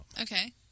Okay